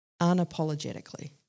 unapologetically